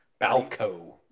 Balco